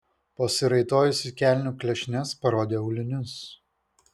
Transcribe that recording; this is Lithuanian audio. pasiraitojusi kelnių klešnes parodė aulinius